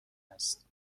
است